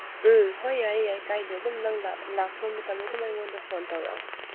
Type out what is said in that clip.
ꯎꯝ ꯍꯣꯏ ꯌꯥꯏ ꯌꯥꯏ ꯀꯥꯏꯗꯦ ꯑꯗꯨꯝ ꯅꯪ ꯂꯥꯛꯄ ꯃꯇꯝꯗ ꯑꯗꯨꯝ ꯑꯩꯉꯣꯟꯗ ꯐꯣꯟ ꯇꯧꯔꯛꯑꯣ